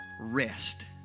rest